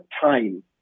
time